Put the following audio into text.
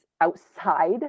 outside